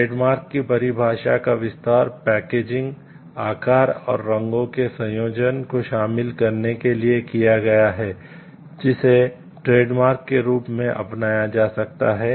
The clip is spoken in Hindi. ट्रेडमार्क की परिभाषा का विस्तार पैकेजिंग आकार और रंगों के संयोजन को शामिल करने के लिए किया गया है जिसे ट्रेडमार्क के रूप में अपनाया जा सकता है